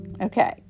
Okay